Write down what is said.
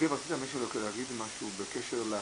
רצית להגיד משהו בקשר לשימושים,